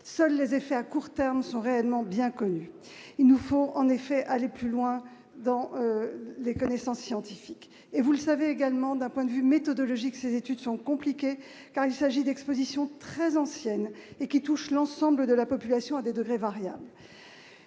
seuls les effets à court terme sont réellement bien connu, il nous faut en effet aller plus loin dans les connaissances scientifiques et vous le savez, également d'un point de vue méthodologique, ces études sont compliquées, car il s'agit d'Exposition très ancienne et qui touche l'ensemble de la population, à des degrés variables,